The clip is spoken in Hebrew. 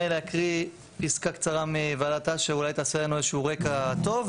אקריא פסקה קצרה מוועדת אש שאולי תעשה לנו איזשהו רקע טוב,